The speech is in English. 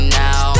now